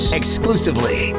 exclusively